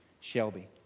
Shelby